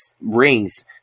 rings